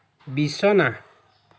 বিছনা